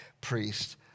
priest